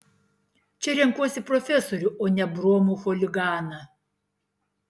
čia renkuosi profesorių o ne bromų chuliganą